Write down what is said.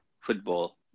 football